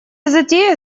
затея